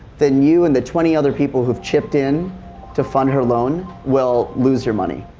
then you and the twenty other people who have chipped in to fund her loan will lose your money.